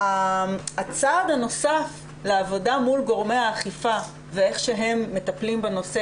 הצעד הנוסף לעבודה מול גורמי האכיפה ואיך שהם מטפלים בנושא,